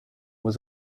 was